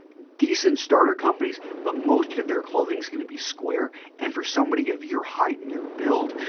decent starter companies, but most of their clothing is going to be square. and for somebody of your height and your build,